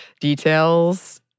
details